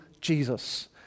Jesus